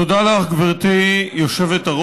תודה לך, גברתי היושבת-ראש.